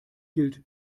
gilt